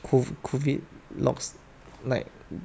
COVID locks like